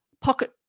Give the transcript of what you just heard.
pocket